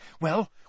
Well